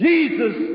Jesus